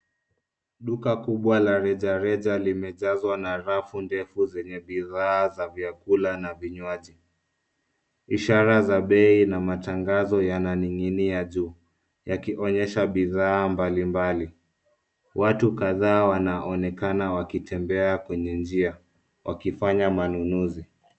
Duka kubwa la rejareja limejazwa na rafu ndefu zenye bidhaa za vyakula na vinywaji. Ishara za bei na matangazo yananing'inia juu, yakionyesha bidhaa mbalimbali. Watu kadhaa wanaonekana wakitembea kwenye njia, wakifanya manunuzi.